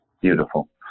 Beautiful